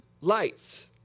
lights